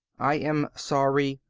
i am sorry,